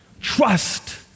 trust